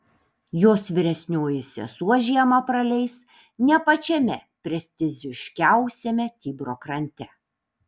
jos vyresnioji sesuo žiemą praleis ne pačiame prestižiškiausiame tibro krante